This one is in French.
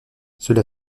cela